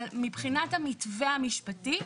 אבל מבחינת המתווה המשפטי,